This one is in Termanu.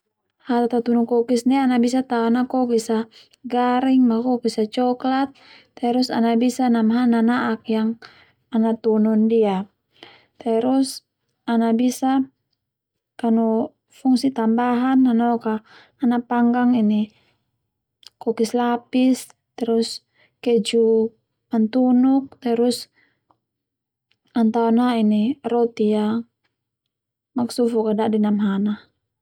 Hata tatao kokis ndia ana bisa tao na kokis a garing ma kokis a coklat, terus ana bisa namhana nana'ak yang ana tunun ndia terus ana bisa kanu fungsi tambahan nanoka ana panggang ini kokis lapis terus keju mantunuk terus ana Tao na roti maksufuk dadi namhana.